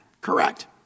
Correct